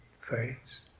fades